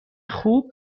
خوب